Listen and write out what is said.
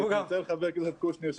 חבר הכנסת קושניר,